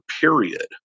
period